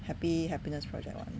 happy happiness project [one]